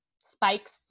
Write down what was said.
spikes